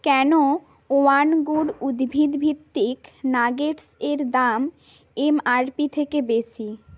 কেন One Good উদ্ভিদ ভিত্তিক নাগেটস এর দাম এমআরপি থেকে বেশি